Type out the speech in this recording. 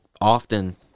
often